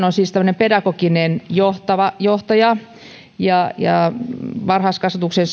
on siis tämmöinen pedagoginen johtaja varhaiskasvatuksen